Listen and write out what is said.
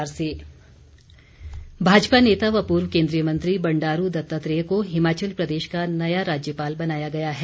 राज्यपाल भाजपा नेता व पूर्व केन्द्रीय मंत्री बंडारू दत्तात्रेय को हिमाचल प्रदेश का नया राज्यपाल बनाया गया है